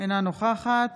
אינה נוכחת